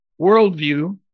Worldview